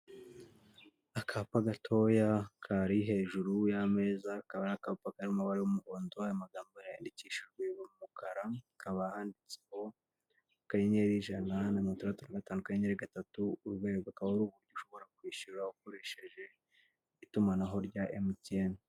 Akapa gatoya kari hejuru y'ameza akaba ari akapa kari mu mabara y'umuhondo, ayo magambo yandikishijwe umukara, hakaba handitseho akanyenyeri ijana na mirongo itandatu na gatanu akanyenyeri gatatu urwego, akaba ari uburyo ushobora kwishyura ukoresheje itumanaho rya MTN.